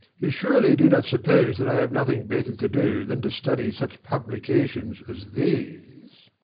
you surely do not suppose that i have nothing better to do than to study such publications as these?